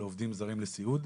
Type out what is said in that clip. לעובדים זרים לסיעוד,